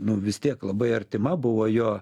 nu vis tiek labai artima buvo jo